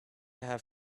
have